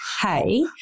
hey